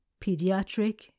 pediatric